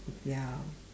ya